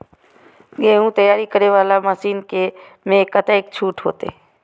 गेहूं तैयारी करे वाला मशीन में कतेक छूट होते?